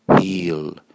Heal